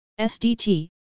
SDT